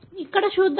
ఇక్కడ చూద్దాం